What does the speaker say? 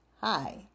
Hi